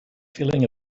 feeling